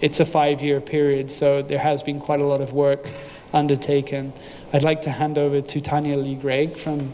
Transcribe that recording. it's a five year period so there has been quite a lot of work undertaken i'd like to hand over to tiny only greg from